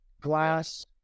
Glass